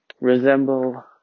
resemble